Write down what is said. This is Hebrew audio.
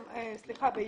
שביוני,